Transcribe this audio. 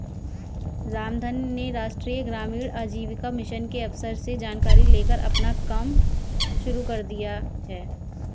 रामधन ने राष्ट्रीय ग्रामीण आजीविका मिशन के अफसर से जानकारी लेकर अपना कम शुरू कर दिया है